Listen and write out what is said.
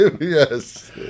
yes